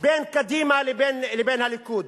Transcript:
בין קדימה ובין הליכוד,